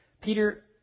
Peter